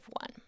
one